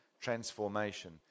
transformation